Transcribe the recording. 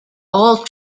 all